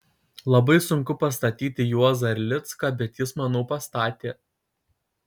labai sunku pastatyti juozą erlicką bet jis manau pastatė